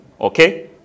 okay